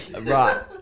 right